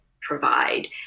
provide